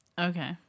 Okay